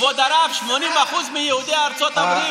האיש, כבוד הרב, 80% מיהודי ארצות הברית.